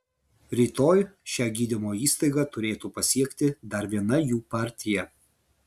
rytoj šią gydymo įstaigą turėtų pasiekti dar viena jų partija